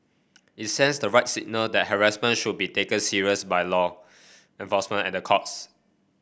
it sends the right signal that harassment should be taken serious by law enforcement at the courts